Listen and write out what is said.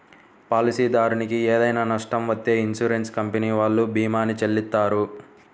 పాలసీదారునికి ఏదైనా నష్టం వత్తే ఇన్సూరెన్స్ కంపెనీ వాళ్ళు భీమాని చెల్లిత్తారు